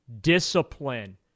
discipline